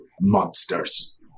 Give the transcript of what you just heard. monsters